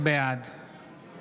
בעד